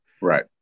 Right